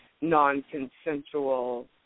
non-consensual